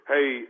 Hey